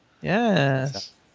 Yes